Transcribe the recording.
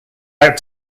out